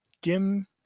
Gim